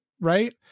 right